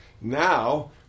Now